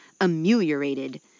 ameliorated